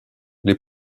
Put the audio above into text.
les